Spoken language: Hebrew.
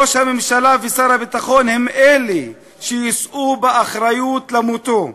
ראש הממשלה ושר הביטחון הם שיישאו באחריות למותו.